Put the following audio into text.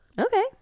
Okay